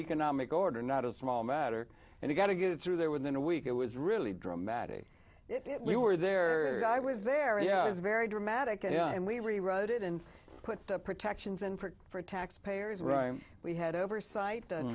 economic order not a small matter and you got to get it through there within a week it was really dramatic it we were there i was there yeah it was very dramatic and we rewrote it and put the protections in for taxpayers right we had oversight